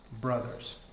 brothers